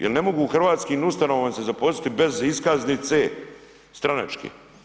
Jel ne mogu u hrvatskim ustanovama se zaposliti bez iskaznice stranačke.